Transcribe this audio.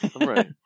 right